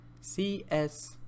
C-S